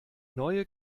neue